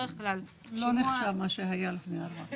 לא נחשב מה שהיה לפני ארבעה חודשים.